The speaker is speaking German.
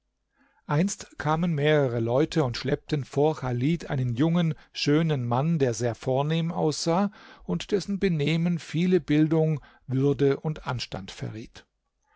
einst kamen mehrere leute und schleppten vor chalid einen jungen schönen mann der sehr vornehm aussah und dessen benehmen viele bildung würde und anstand verriet